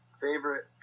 favorite